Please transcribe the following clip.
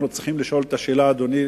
אדוני,